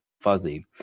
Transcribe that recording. fuzzy